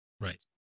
Right